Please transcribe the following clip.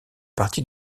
partie